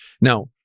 Now